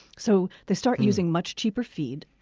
so they start using much cheaper feed,